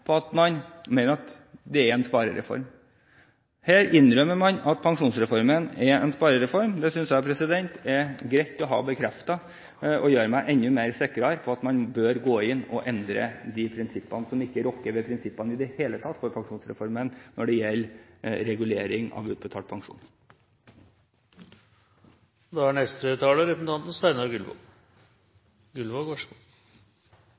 sparereform. Det synes jeg er greit å ha bekreftet, og det gjør meg enda sikrere på at man bør gå inn og endre de prinsippene som ikke rokker ved prinsippene for pensjonsreformen i det hele tatt, når det gjelder regulering av utbetalt pensjon. Jeg la merke til at representanten